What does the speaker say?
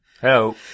Hello